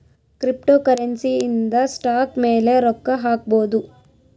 cryptocurrency ಇಂದ stock ಮೇಲೆ ರೊಕ್ಕ ಹಾಕ್ಬೊದು